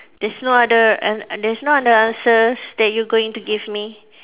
there's no other an~ an~ there's no other answers that you going to give me